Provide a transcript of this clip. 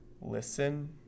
listen